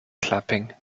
clapping